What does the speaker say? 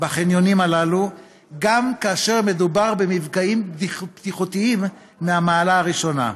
בחניונים הללו גם כאשר מדובר במפגעים בטיחותיים מהמעלה הראשונה.